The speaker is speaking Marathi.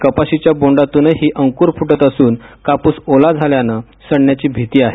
कपाशीच्या बोंडातूनही अंकुर फुटत असून कापूस ओला झाल्यानं सडण्याची भीती आहे